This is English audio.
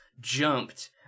jumped